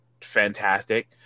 fantastic